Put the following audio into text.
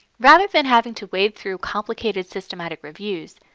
rather than having to wade through complicated systematic reviews,